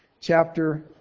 chapter